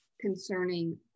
concerning